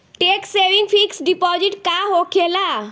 Tax saving fix deposit का होखे ला?